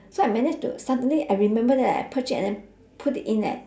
so I managed to suddenly I remember that I push it and put it in eh